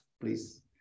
please